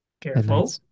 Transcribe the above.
Careful